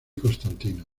constantino